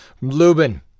Lubin